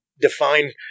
define